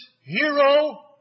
hero